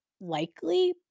likely